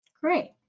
great